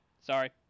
Sorry